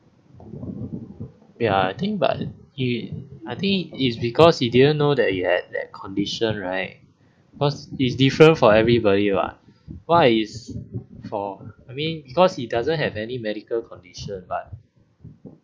ya I think but you I think is because he didn't know that you had that condition right because is different for everybody what what is for I mean because he doesn't have any medical condition but